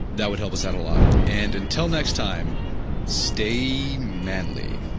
that would help us out a lot, and until next time staying manly